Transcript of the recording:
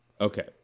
Okay